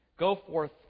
Goforth